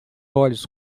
olhos